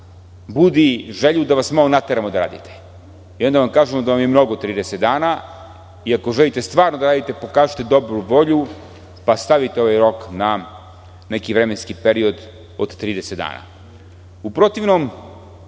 budi želju da vas malo nateramo da radite. Onda vam kažemo da vam je mnogo 30 dana. Iako želite stvarno da radite pokažite dobru volju pa stavite ovaj rok na neki vremenski period od 30 dana. U protivnom